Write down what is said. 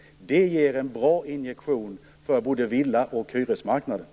Det ger en bra injektion för både villa och hyresmarknaden.